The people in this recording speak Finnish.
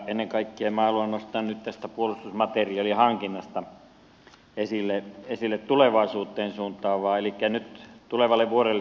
ennen kaikkea minä haluan nostaa nyt tästä puolustusmateriaalihankinnasta esille tulevaisuuteen suuntaavaa